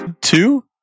two